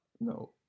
No